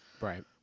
Right